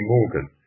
Morgan